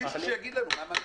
מישהו שיגיד לנו מה המנגנון.